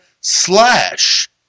slash